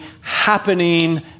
happening